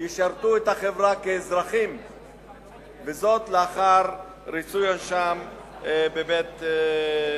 ישרתו את החברה כאזרחים לאחר ריצוי עונשם בכלא.